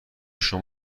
شام